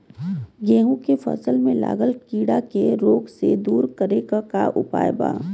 गेहूँ के फसल में लागल कीड़ा के रोग के दूर करे के उपाय का बा?